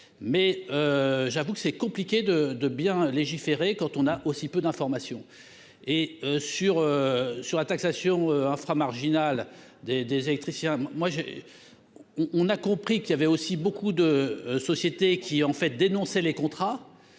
mais j'avoue que c'est compliqué de de bien légiférer quand on a aussi peu d'informations et sur sur la taxation infra-marginal des des électriciens, moi j'ai on on a compris qu'il y avait aussi beaucoup de sociétés qui en fait dénoncer les contrats,